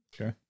Okay